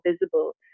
visible